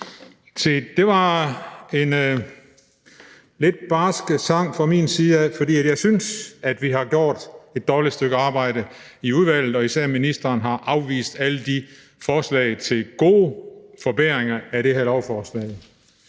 det var en lidt barsk sang fra min side, for jeg synes, at vi har gjort et dårligt stykke arbejde i udvalget, og især ministeren har afvist alle de gode forslag til forbedringer af det her lovforslag.